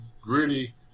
gritty